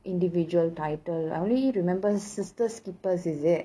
individual title I only remember sister's keepers is it